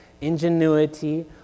ingenuity